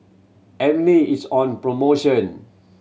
Avene is on promotion